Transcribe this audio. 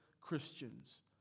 Christians